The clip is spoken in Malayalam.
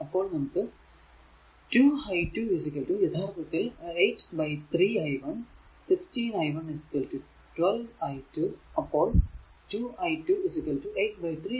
അപ്പോൾ നമുക്ക് 2 i2 യഥാർത്ഥത്തിൽ 8 3 i 16 i 12 i2 അപ്പോൾ 2 i2 8 3 i